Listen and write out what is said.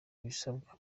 ibisabwa